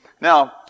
Now